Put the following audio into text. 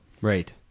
Right